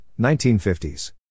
1950s